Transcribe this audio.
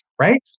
right